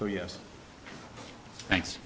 so yes thanks